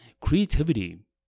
creativity